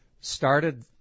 started